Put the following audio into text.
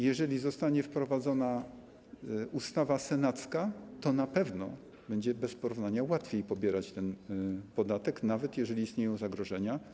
Jeżeli zostanie wprowadzona ustawa senacka, na pewno będzie bez porównania łatwiej pobierać ten podatek, nawet jeżeli istnieją zagrożenia.